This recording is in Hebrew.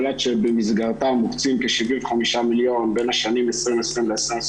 שבמסגרתה מוקצים כ-75 מיליון בין השנים 2020-2023